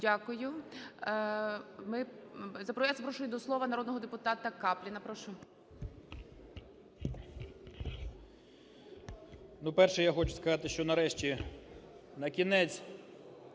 Дякую. Я запрошую до слова народного депутата Капліна.